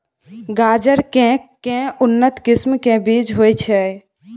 गाजर केँ के उन्नत किसिम केँ बीज होइ छैय?